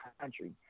country